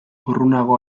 urrunago